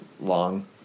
long